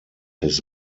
his